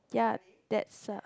ya that's a